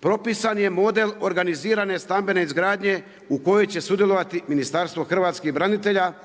propisan je model organizirane stambene izgradnje u kojoj će sudjelovati Ministarstvo hrvatskih branitelja